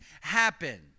happen